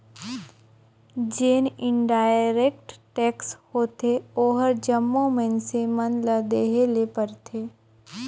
जेन indirect tax होथे ओहर जम्मो मइनसे मन ल देहे ले परथे